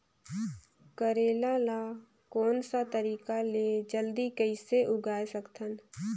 करेला ला कोन सा तरीका ले जल्दी कइसे उगाय सकथन?